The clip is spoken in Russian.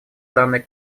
данный